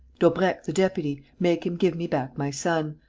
daubrecq the deputy. make him give me back my son.